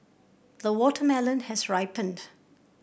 the watermelon has ripened